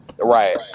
Right